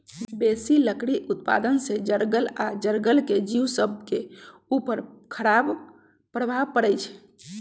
बेशी लकड़ी उत्पादन से जङगल आऽ जङ्गल के जिउ सभके उपर खड़ाप प्रभाव पड़इ छै